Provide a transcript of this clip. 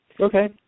Okay